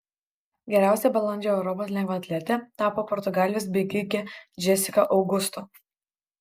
geriausia balandžio europos lengvaatlete tapo portugalijos bėgikė džesika augusto